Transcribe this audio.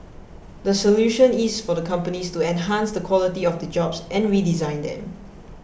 the solution is for the companies to enhance the quality of the jobs and redesign them